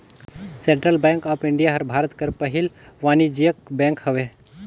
central bank of India हर भारत कर पहिल वानिज्यिक बेंक हवे